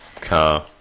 Car